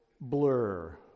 blur